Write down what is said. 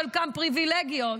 חלקן פריבילגיות,